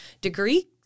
degree